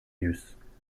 use